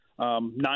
Nine